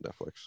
Netflix